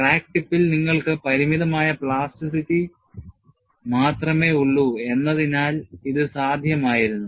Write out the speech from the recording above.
crack ടിപ്പിൽ നിങ്ങൾക്ക് പരിമിതമായ പ്ലാസ്റ്റിറ്റി മാത്രമേ ഉള്ളൂ എന്നതിനാൽ ഇത് സാധ്യമായിരുന്നു